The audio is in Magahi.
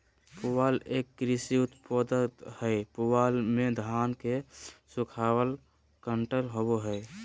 पुआल एक कृषि उपोत्पाद हय पुआल मे धान के सूखल डंठल होवो हय